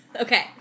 Okay